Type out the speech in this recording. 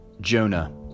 Jonah